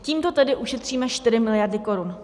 Tímto tedy ušetříme 4 miliardy korun.